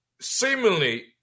seemingly